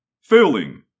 failing